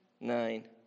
Nine